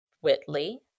Whitley